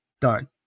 Done